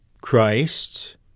Christ